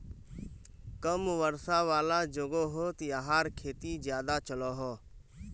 कम वर्षा वाला जोगोहोत याहार खेती ज्यादा चलोहो